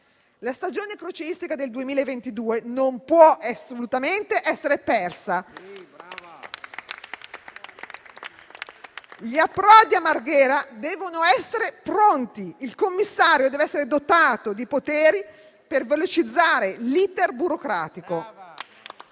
La stagione crocieristica del 2022 non può assolutamente essere persa. Gli approdi a Marghera devono essere pronti. Il commissario dev'essere dotato di poteri per velocizzare l'*iter* burocratico.